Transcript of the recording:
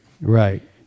Right